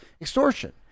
extortion